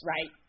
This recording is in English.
Right